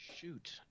Shoot